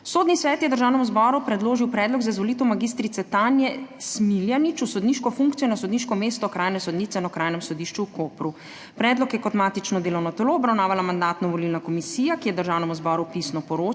Sodni svet je Državnemu zboru predložil predlog za izvolitev mag. Tanje Smiljanić v sodniško funkcijo na sodniško mesto okrajne sodnice na Okrajnem sodišču v Kopru. Predlog je kot matično delovno telo obravnavala Mandatno-volilna komisija, ki je Državnemu zboru pisno poročala.